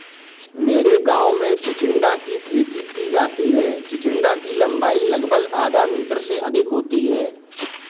मेरे गांव में चिचिण्डा की खेती की जाती है चिचिण्डा की लंबाई लगभग आधा मीटर से अधिक होती है